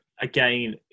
Again